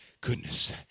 goodness